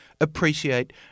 appreciate